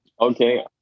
Okay